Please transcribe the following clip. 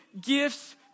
gifts